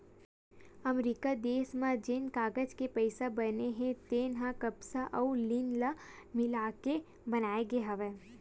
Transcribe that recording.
अमरिका देस म जेन कागज के पइसा बने हे तेन ह कपसा अउ लिनन ल मिलाके बनाए गे हवय